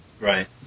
Right